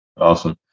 Awesome